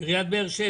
עיריית באר שבע?